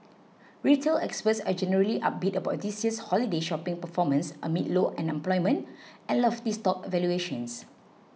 retail experts are generally upbeat about this year's holiday shopping performance amid low unemployment and lofty stock valuations